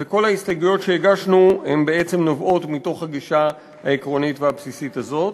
וכל ההסתייגויות שהגשנו נובעות מהגישה העקרונית והבסיסית הזאת.